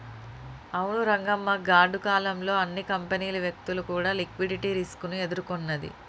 అవును రంగమ్మ గాడ్డు కాలం లో అన్ని కంపెనీలు వ్యక్తులు కూడా లిక్విడిటీ రిస్క్ ని ఎదుర్కొన్నది